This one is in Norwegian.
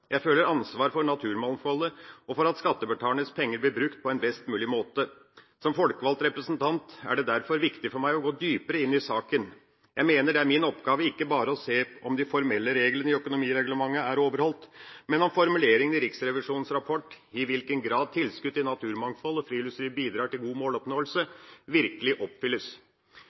Jeg føler ansvar for naturmangfoldet og for at skattebetalernes penger blir brukt på en best mulig måte. Som folkevalgt representant er det derfor viktig for meg å gå dypere inn i saken. Jeg mener det er min oppgave ikke bare å se om de formelle reglene i økonomireglementet er overholdt, men også om målformuleringen i Riksrevisjonens rapport – i hvilken grad tilskudd til naturmangfold og friluftsliv bidrar til god måloppnåelse – virkelig oppfylles.